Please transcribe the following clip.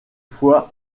fois